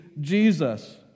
Jesus